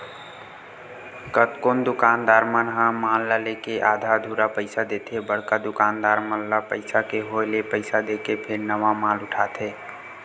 कतकोन दुकानदार मन ह माल ल लेके आधा अधूरा पइसा देथे बड़का दुकानदार मन ल पइसा के होय ले पइसा देके फेर नवा माल उठाथे